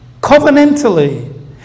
Covenantally